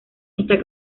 esta